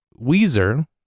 Weezer